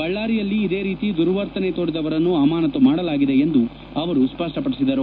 ಬಳ್ಳಾರಿಯಲ್ಲಿ ಇದೇ ರೀತಿ ದುರ್ವರ್ತನೆ ತೋರಿದವರನ್ನು ಅಮಾನತು ಮಾಡಲಾಗಿದೆ ಎಂದು ಸ್ಪಷ್ಟಪಡಿಸಿದರು